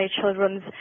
Children's